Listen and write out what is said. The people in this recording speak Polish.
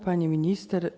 Pani Minister!